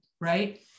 right